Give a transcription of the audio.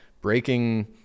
Breaking